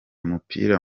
umupira